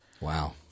Wow